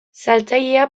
saltzailea